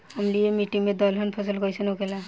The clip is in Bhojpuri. अम्लीय मिट्टी मे दलहन फसल कइसन होखेला?